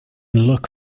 look